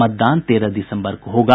मतदान तेरह दिसंबर को होगा